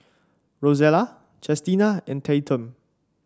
Rosella Chestina and Tatum